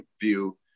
view